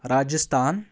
Rajasthan